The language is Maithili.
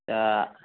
तऽ